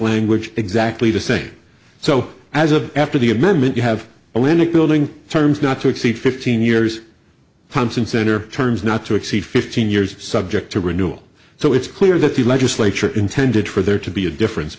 language exactly the same so as a after the amendment you have a limit building terms not to exceed fifteen years from center terms not to exceed fifteen years subject to renewal so it's clear that the legislature intended for there to be a difference